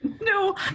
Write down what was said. No